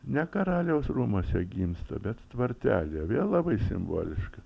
ne karaliaus rūmuose gimsta bet tvartelyje vėl labai simboliška